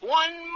one